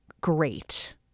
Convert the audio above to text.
great